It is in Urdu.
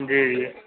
جی جی